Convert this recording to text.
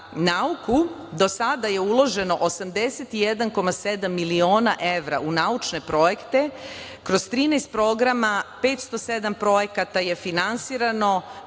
nauku, do sada je uloženo 81,7 miliona evra u naučne projekte, kroz 13 programa, 507 projekata je finansirano